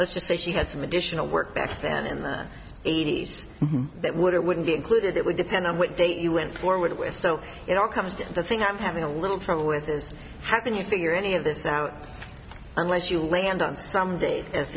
let's just say she has some additional work back then in the eighty's that would it wouldn't be included it would depend on what date you went forward with so it all comes down to the thing i'm having a little trouble with is how can you figure any of this out unless you land on some days as